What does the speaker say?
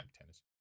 tennis